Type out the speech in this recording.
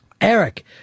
Eric